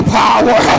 power